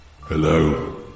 Hello